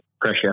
pressure